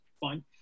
Fine